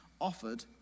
offered